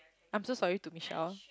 I'm so sorry to Michelle